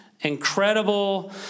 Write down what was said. incredible